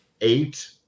eight